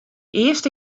earste